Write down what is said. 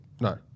No